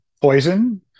poison